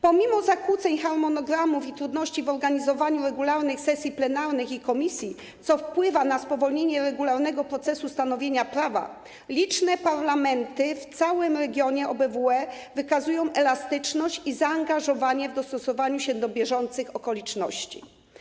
Pomimo zakłóceń harmonogramów i trudności w organizowaniu regularnych sesji plenarnych i komisji, co wpływa na spowolnienie regularnego procesu stanowienia prawa, liczne parlamenty w całym regionie OBWE wykazują elastyczność i zaangażowanie w dostosowaniu się do bieżących okoliczności.